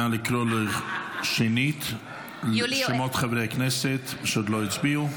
נא לקרוא שנית בשמות חברי הכנסת שעוד לא הצביעו.